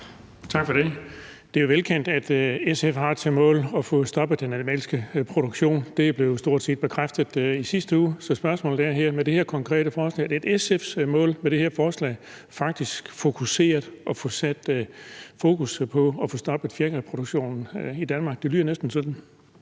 Tak for det. Det er jo velkendt, at SF har som mål at få stoppet den animalske produktion. Det blev stort set bekræftet i sidste uge. Så spørgsmålet er her, om det er SF's mål med det her konkrete forslag at få sat fokus på at få stoppet fjerkræproduktionen i Danmark. Det lyder næsten sådan.